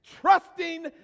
trusting